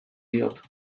diot